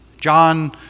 John